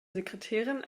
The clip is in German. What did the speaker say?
sekretärin